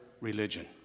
religion